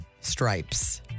stripes